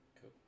Cool